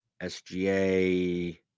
SGA